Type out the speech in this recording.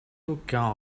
aucun